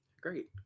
great